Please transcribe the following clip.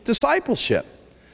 discipleship